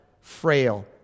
frail